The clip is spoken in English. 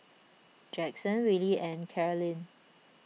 Jaxon Willy and Carlyn